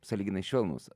sąlyginai švelnūs